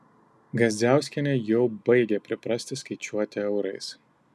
gazdziauskienė jau baigia priprasti skaičiuoti eurais